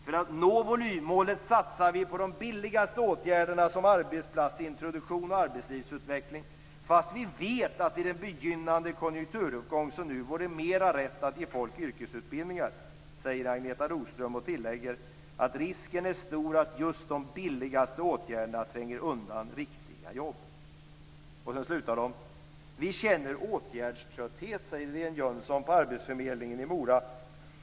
"- För att nå volymmålet satsar vi på de billigaste åtgärderna som arbetsplatsintroduktion - och arbetslivsutveckling - fast vi vet att det i en begynnande konjunkturuppgång som nu vore mer rätt att ge folk yrkesutbildningar, säger Agneta Roström och tillägger att risken är stor att just de billigaste åtgärderna tränger undan riktiga jobb." "- Vi känner en åtgärdströtthet, säger Irene Jönsson på arbetsförmedlingen i Mora.